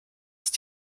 ist